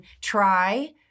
Try